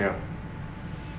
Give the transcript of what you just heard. yup